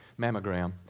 mammogram